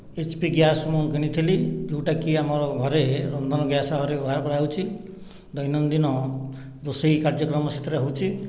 H P gas ମୁଁ କିଣିଥିଲି ଯୋଉଟା କି ଆମର ଘରେ ରନ୍ଧନ ଗ୍ୟାସ ଭାବରେ ବ୍ୟବହାର କରାଯାଉଛି ଦୈନଦିନ ରୋଷେଇ କାର୍ଯ୍ୟକ୍ରମ ସେଥିରେ ହେଉଛି